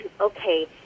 okay